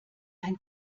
ein